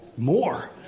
More